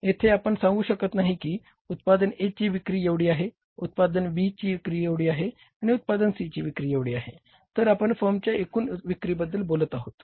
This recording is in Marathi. यथे आपण सांगू शकत नाही की उत्पादन A ची विक्री एवढी आहे उत्पादन B ची विक्री एवढी आहे उत्पादन C ची विक्री एवढी आहे तर आपण फर्मच्या एकूण विक्री बद्दल बोलत आहोत